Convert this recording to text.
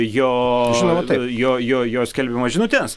jo jo jo jo skelbimas žinutes